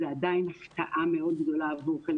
זה עדיין הפתעה מאוד גדולה עבור חלק